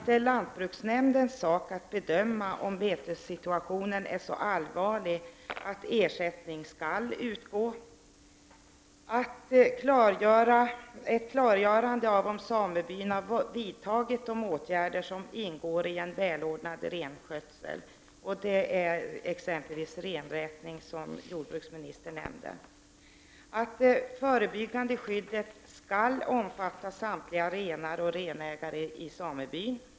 Det är lantbruksnämndens sak att bedöma om betessituationen är så allvarlig att ersättning skall utgå. Det skall klargöras om samebyarna vidtagit de åtgärder som ingår i en välordnad renskötsel, exempelvis renräkning, som jordbruksministern nämnde. Det förebyggande skyddet skall omfatta samtliga renar och renägare i samebyn.